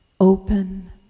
Open